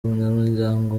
umunyamuryango